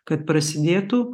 kad prasidėtų